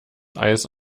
eis